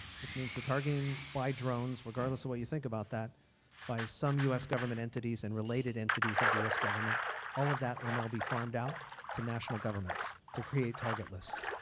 which means the targeting by drones regardless of what you think about that by some us government entities and related entities of the us government all of that will not be farmed out to national governments to create target lists.